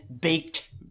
baked